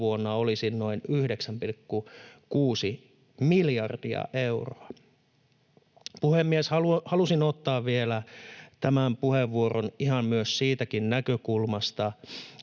vuonna olisi noin 9,6 miljardia euroa. Puhemies! Halusin ottaa vielä tämän puheenvuoron ihan myös siitäkin näkökulmasta,